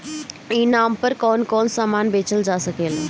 ई नाम पर कौन कौन समान बेचल जा सकेला?